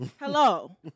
Hello